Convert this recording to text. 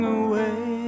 away